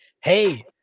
hey